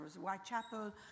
Whitechapel